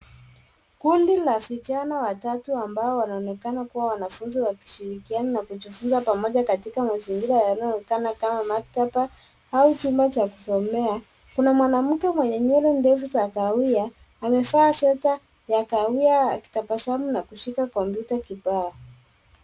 Kundi la vijana watatu ambao wanaonekana kua wanafunzi wakishirikiana na kujifunza pamoja katika mazingira yanayoonekana kama maktaba au chumba cha kusomea. Kuna mwanamke mwenye nywele ndefu za kahawia amevaa sweta ya kahawia akitabasamu na kushika komyuta kibao.